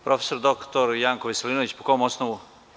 Prof. dr Janko Veselinović, po kom osnovu?